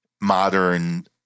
modern